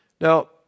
Now